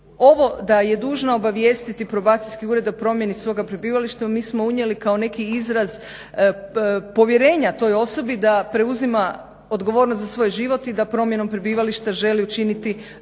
Ovo da je dužna obavijestiti probacijski ured o promjeni svoga prebivališta mi smo unijeli kao neki izraz povjerenja toj osobi da preuzima odgovornost za svoj život i da promjenom prebivališta želi učiniti neke